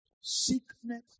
Sickness